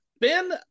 Ben